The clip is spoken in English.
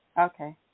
Okay